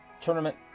tournament